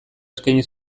eskaini